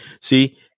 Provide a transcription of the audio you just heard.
See